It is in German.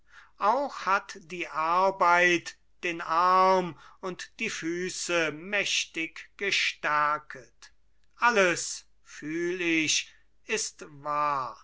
auch hat die arbeit den arm und die füße mächtig gestärket alles fühl ich ist wahr